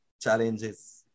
challenges